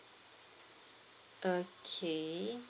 okay